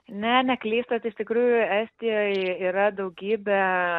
ne neklystat iš tikrųjų estijoj yra daugybė